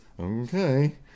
Okay